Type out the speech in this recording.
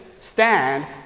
stand